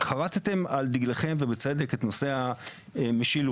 חרטתם על דגלכם ובצדק את נושא המשילות.